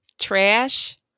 Trash